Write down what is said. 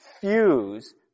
fuse